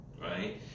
right